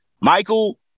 michael